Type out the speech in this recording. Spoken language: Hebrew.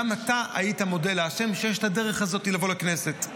גם אתה היית מודה להשם שיש את הדרך הזאת לבוא לכנסת.